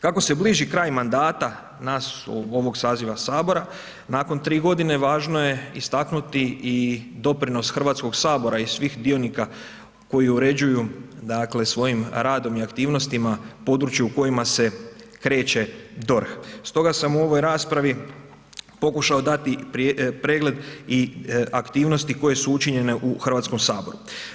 Kako se bliži kraj mandata nas, ovog saziva Sabora, nakon tri godine, važno je istaknuti i doprinos Hrvatskog sabora i svih dionika koji uređuju, dakle, svojim radom i aktivnostima područje u kojima se kreće DORH, stoga sam u ovoj raspravi pokušao dati pregled i aktivnosti koje su učinjene u Hrvatskom saboru.